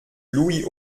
louis